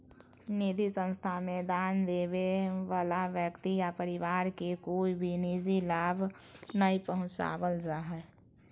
निधि संस्था मे दान देबे वला व्यक्ति या परिवार के कोय भी निजी लाभ नय पहुँचावल जा हय